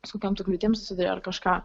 su kokiom tu kliūtims susiduri ar kažką